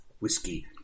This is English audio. whiskey